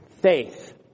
Faith